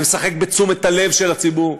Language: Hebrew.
ומשחק בתשומת הלב של הציבור,